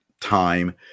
Time